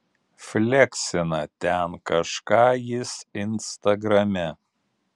fleksina ten kažką jis instagrame